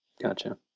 Gotcha